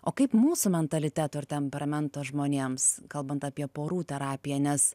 o kaip mūsų mentaliteto ir temperamento žmonėms kalbant apie porų terapiją nes